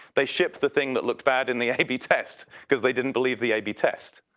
they ship the thing that looked bad in the ab test because they didn't believe the ab test.